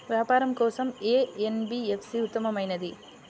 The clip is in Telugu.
వ్యాపారం కోసం ఏ ఎన్.బీ.ఎఫ్.సి ఉత్తమమైనది?